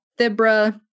Thibra